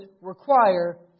require